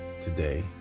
today